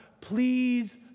please